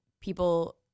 people